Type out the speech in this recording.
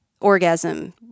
orgasm